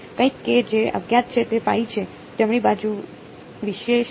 કંઈક કે જે અજ્ઞાત છે તે છે જમણી બાજુ વિશે શું